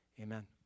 amen